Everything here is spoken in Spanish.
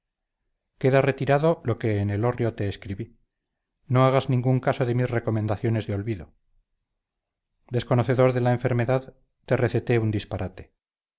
queda retirado lo que en elorrio te escribí no hagas ningún caso de mis recomendaciones de olvido desconocedor de la enfermedad te receté un disparate